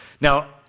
Now